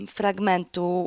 fragmentu